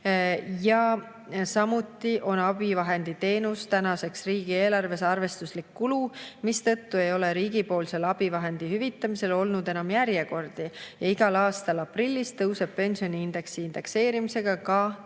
Samuti on abivahendi teenus tänaseks riigieelarves arvestuslik kulu, mistõttu ei ole riigipoolsel abivahendi hüvitamisel olnud enam järjekordi. Igal aastal aprillis tõuseb pensioniindeksi indekseerimisega ka töövõimetoetus.